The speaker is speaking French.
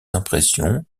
impressions